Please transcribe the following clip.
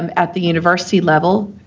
um at the university level,